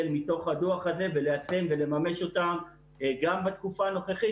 מתוך הדוח הזה וליישם ולממש אותם גם בתקופה הנוכחית